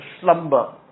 slumber